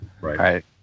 right